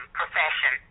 profession